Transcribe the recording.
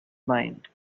mind